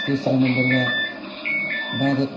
दोस्रो नम्बरमा बाँदर